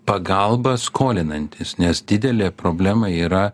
pagalba skolinantis nes didelė problema yra